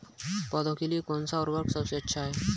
पौधों के लिए कौन सा उर्वरक सबसे अच्छा है?